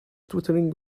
twittering